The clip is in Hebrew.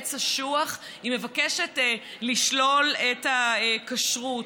עץ אשוח, היא מבקשת לשלול את הכשרות.